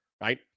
right